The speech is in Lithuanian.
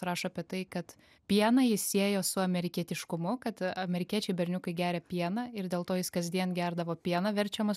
rašo apie tai kad pieną jis siejo su amerikietiškumu kad amerikiečiai berniukai geria pieną ir dėl to jis kasdien gerdavo pieną verčiamas